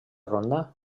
ronda